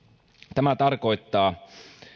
tämä tarkoittaa